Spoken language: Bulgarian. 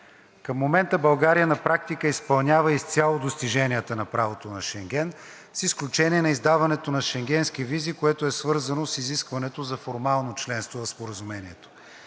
Към момента България на практика изпълнява изцяло достиженията на правото на Шенген, с изключение на издаването на шенгенски визи, което е свързано с изискването за формално членство в Споразумението.